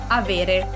avere